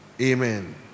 Amen